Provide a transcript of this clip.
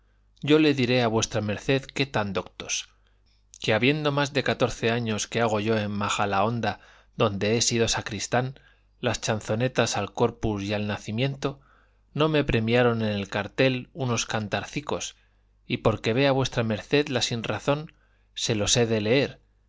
yo le diré a v md qué tan doctos que habiendo más de catorce años que hago yo en majalahonda donde he sido sacristán las chanzonetas al corpus y al nacimiento no me premiaron en el cartel unos cantarcicos y porque vea v md la sinrazón se los he de leer